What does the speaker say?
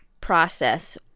process